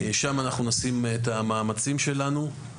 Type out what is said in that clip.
שם אנחנו נשקיע את המאמצים שלנו.